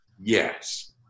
Yes